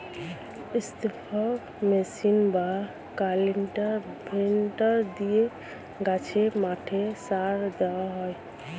spray machine বা cultivator দিয়ে গাছে, মাঠে সার দেওয়া হয়